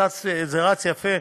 זה רץ יפה.